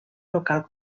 local